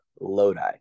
lodi